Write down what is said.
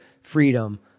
freedom